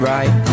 Right